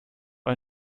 ein